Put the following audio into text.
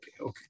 okay